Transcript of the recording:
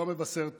זה לא מבשר טוב,